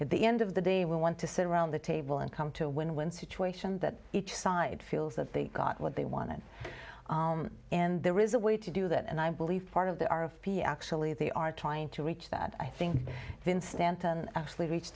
at the end of the day we want to sit around the table and come to a win win situation that each side feels that they got what they wanted and there is a way to do that and i believe part of that are of actually they are trying to reach that i think in stanton actually reach